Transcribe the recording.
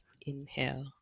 inhale